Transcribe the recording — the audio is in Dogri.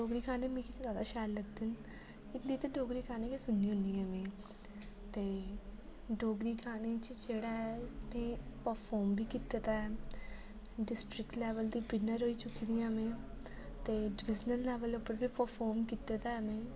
डोगरी गाने मिगी जादा शैल लगदे न हिंदी ते डोगरी गाने गै सुननी होनी आं में ते डोगरी गाने च जेह्ड़ा ऐ में परफॉर्म बी कीते दा ऐ डिस्ट्रिक्ट लेवल दी विनर रेही चुकी दी आं में ते डिवीजनल लेवल उप्पर बी परफॉर्म कीते दा ऐ में